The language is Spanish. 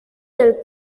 del